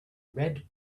red